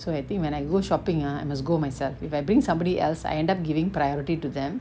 so I think when I go shopping ah I must go myself if I bring somebody else I end up giving priority to them